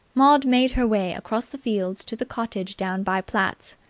maud made her way across the fields to the cottage down by platt's.